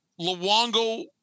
Luongo